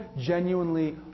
genuinely